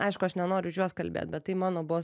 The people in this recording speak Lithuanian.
aišku aš nenoriu už juos kalbėt bet tai mano buvo